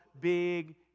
big